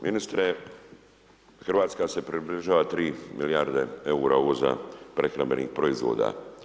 Ministre Hrvatska se približava 3 milijarde eura uvoza prehrambenih proizvoda.